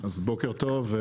בוקר טוב.